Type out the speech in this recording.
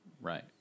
Right